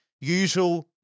usual